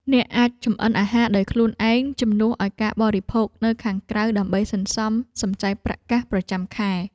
អ្នកអាចចម្អិនអាហារដោយខ្លួនឯងជំនួសឱ្យការបរិភោគនៅខាងក្រៅដើម្បីសន្សំសំចៃប្រាក់កាសប្រចាំខែ។